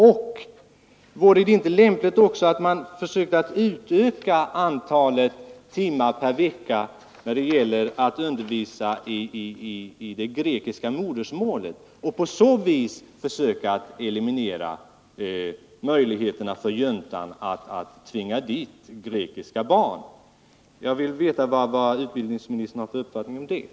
Och vore det inte lämpligt att man också försökte utöka antalet timmar per vecka i vår grundskola när det gäller att undervisa i det grekiska modersmålet och på så vis försöka eliminera möjligheterna för juntan att tvinga grekiska barn till sina skolor? Jag vill veta vad utbildningsministern har för uppfattning om detta.